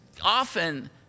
often